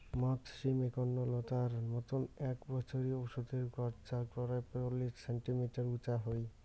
মথ সিম এ্যাকনা নতার মতন এ্যাক বছরি ওষুধের গছ যা পরায় চল্লিশ সেন্টিমিটার উচা হই